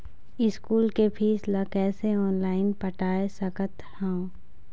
School के fees ला कैसे ऑनलाइन पटाए सकत हव?